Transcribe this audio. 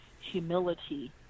humility